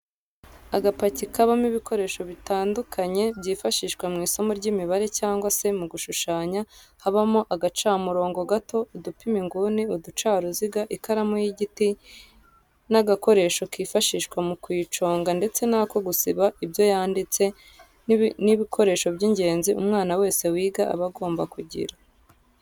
Agapaki kabamo ibikoresho bitandukanye byifashishwa mu isomo ry'imibare cyangwa se mu gushushanya, habamo agacamurongo gato, udupima inguni, uducaruziga, ikaramu y'igiti n'agakoresho kifashishwa mu kuyiconga ndetse n'ako gusiba ibyo yanditse, ni ibikoresho by'ingenzi umwana wese wiga aba agomba kugira.